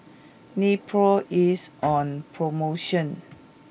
Nepro is on promotion